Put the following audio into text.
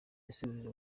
yasubije